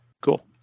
Cool